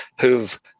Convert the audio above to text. who've